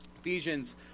Ephesians